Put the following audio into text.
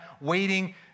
waiting